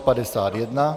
51.